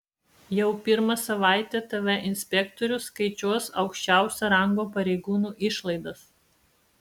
jau pirmą savaitę tv inspektorius skaičiuos aukščiausio rango pareigūnų išlaidas